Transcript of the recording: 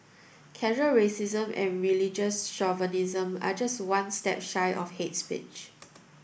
casual racism and religious chauvinism are just one step shy of hate speech